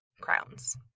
crowns